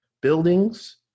buildings